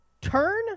turn